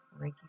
Reiki